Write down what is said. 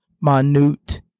minute